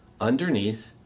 underneath